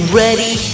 ready